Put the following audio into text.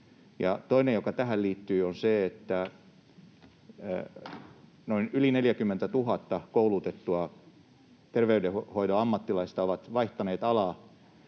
Toinen, joka tähän liittyy, on se, että yli 40 000 koulutettua terveydenhoidon ammattilaista on vaihtanut alaa,